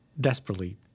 desperately